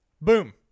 boom